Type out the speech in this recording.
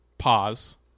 pause